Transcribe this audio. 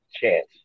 chance